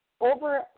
over